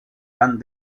van